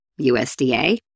USDA